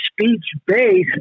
speech-based